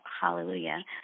hallelujah